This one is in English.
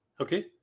Okay